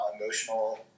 emotional